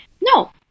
No